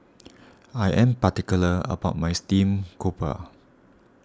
I am particular about my Steamed Grouper